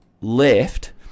left